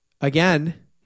again